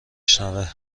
شنوه